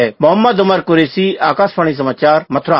मोहम्मद उमर कुरैशी आकाशवाणी समाचार मथुरा